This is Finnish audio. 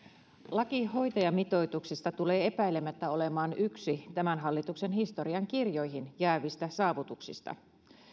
laki hoitajamitoituksesta tulee epäilemättä olemaan yksi tämän hallituksen historiankirjoihin jäävistä saavutuksista